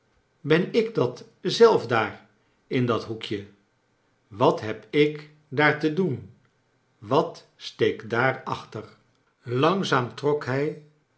ben ik dat zelf daar in dat hoekje wat heb ik daar te doen wat steekt daar achter langzaam trok hij